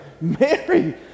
Mary